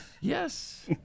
Yes